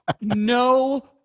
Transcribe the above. no